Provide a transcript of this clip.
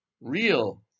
real